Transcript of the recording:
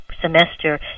semester